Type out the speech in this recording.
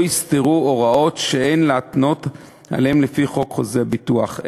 לא יסתרו הוראה שאין להתנות עליה לפי חוק חוזה הביטוח,